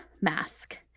mask